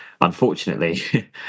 unfortunately